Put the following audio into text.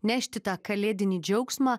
nešti tą kalėdinį džiaugsmą